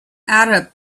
arab